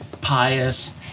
pious